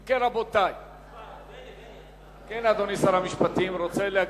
אם כן, רבותי, כן, אדוני שר המשפטים, רוצה להגיב?